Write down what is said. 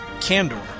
candor